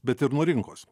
bet ir nuo rinkos